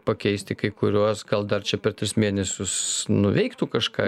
pakeisti kai kuriuos gal dar čia per tris mėnesius nuveiktų kažką